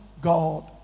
God